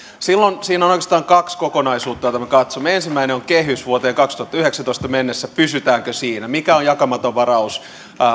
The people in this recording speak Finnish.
silloin siinä on oikeastaan kaksi kokonaisuutta joita me katsomme ensimmäinen on kehys vuoteen kaksituhattayhdeksäntoista mennessä pysytäänkö siinä mikä on jakamaton varaus